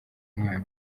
umwana